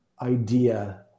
idea